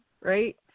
right